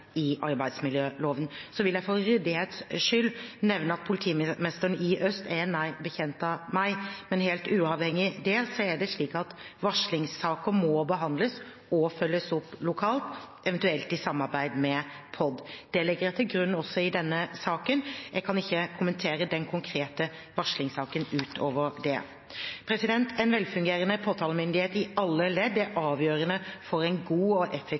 i arbeidsmiljøloven. Så vil jeg for ryddighets skyld nevne at politimesteren i Øst politidistrikt er en nær bekjent av meg, men helt uavhengig av det er det slik at varslingssaker må behandles og følges opp lokalt, eventuelt i samarbeid med POD. Det legger jeg til grunn også i denne saken. Jeg kan ikke kommentere den konkrete varslingssaken utover det. En velfungerende påtalemyndighet i alle ledd er avgjørende for en god og